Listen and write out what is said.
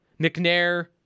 McNair